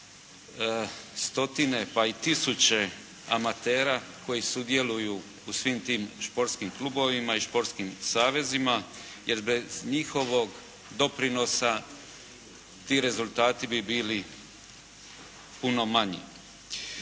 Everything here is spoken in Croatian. stotine, pa i tisuće amatera koji sudjeluju u svim tim športskim klubovima i športskim savezima, jer bez njihovog doprinosa, ti rezultati bi bili puno manji.